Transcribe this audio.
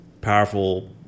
powerful